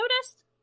noticed